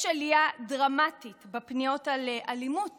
יש עלייה דרמטית בפניות על אלימות